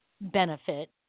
benefit